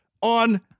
on